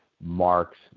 marks